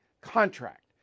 contract